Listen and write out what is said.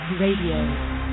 Radio